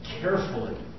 carefully